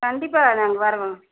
கண்டிப்பாக நாங்கள் வருவோம்ங்க